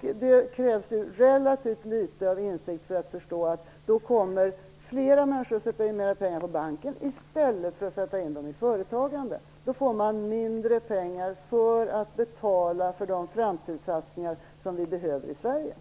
Det krävs relativt liten insikt för att förstå att flera människor då kommer att sätta in mera pengar på bank i stället för att satsa pengar i företagande. Därigenom får man mindre pengar för att betala för de framtidssatsningar som vi behöver i Sverige.